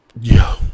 yo